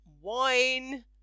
wine